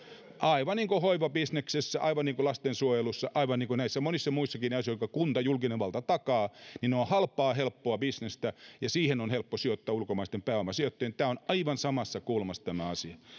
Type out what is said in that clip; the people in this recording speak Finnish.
aivan niin kuin hoivabisneksessä aivan niin kuin lastensuojelussa aivan niin kuin näissä monissa muissakin jotka kunta julkinen valta takaa ne ovat halpaa helppoa bisnestä ja siihen on helppo sijoittaa ulkomaisten pääomasijoittajien tämä asia on aivan samassa kulmassa